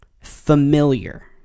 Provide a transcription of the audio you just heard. Familiar